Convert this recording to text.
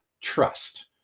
trust